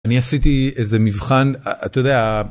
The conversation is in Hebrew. אני עשיתי איזה מבחן אתה יודע.